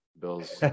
bills